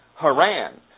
Haran